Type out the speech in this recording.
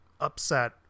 upset